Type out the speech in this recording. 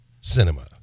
Cinema